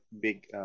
big